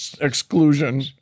exclusion